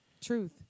Truth